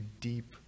deep